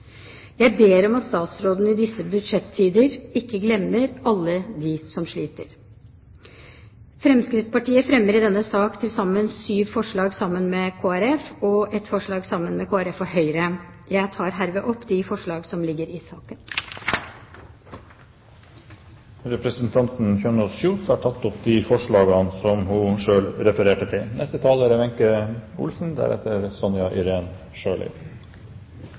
Jeg ber om at statsråden i disse budsjettider ikke glemmer alle dem som sliter. Fremskrittspartiet fremmer i denne sak til sammen syv forslag sammen med Kristelig Folkeparti og ett forslag sammen med Kristelig Folkeparti og Høyre. Jeg tar herved opp de forslag som ligger i saken. Representanten Kari Kjønaas Kjos har tatt opp de forslagene som hun refererte til. Saken som forslagsstillerne her tar opp, er